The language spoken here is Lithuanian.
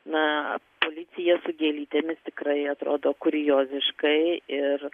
na policija su gėlytėmis tikrai atrodo kurioziškai ir